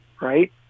right